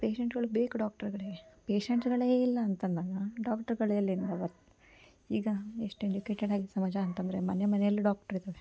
ಪೇಶೆಂಟ್ಗಳು ಬೇಕು ಡಾಕ್ಟ್ರುಗಳಿಗೆ ಪೇಶೆಂಟ್ಗಳೇ ಇಲ್ಲ ಅಂತಂದಾಗ ಡಾಕ್ಟ್ರುಗಳು ಎಲ್ಲಿಂದ ಬರ್ತೆ ಈಗ ಎಷ್ಟು ಎಜುಕೇಟೆಡಾಗಿ ಸಮಾಜ ಅಂತಂದರೆ ಮನೆ ಮನೆಯಲ್ಲೂ ಡಾಕ್ಟ್ರ್ ಇದ್ದಾರೆ